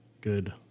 good